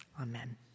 Amen